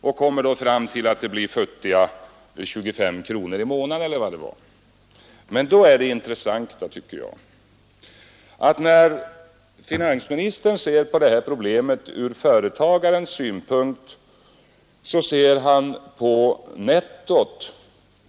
Han kommer då fram till att effekten blir futtiga 25 kronor i månaden per anställd. Men det intressanta, tycker jag, är att finansministern när han ser detta problem ur företagarens synpunkt håller fram nettot.